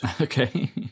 okay